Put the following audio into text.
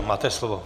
Máte slovo.